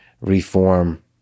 reform